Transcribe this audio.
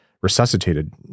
resuscitated